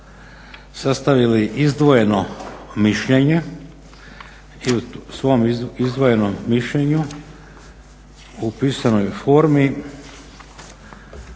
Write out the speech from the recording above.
sastavili izdvojeno mišljenje i u svom izdvojenom mišljenju u pisanoj formi